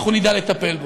אנחנו נדע לטפל בו.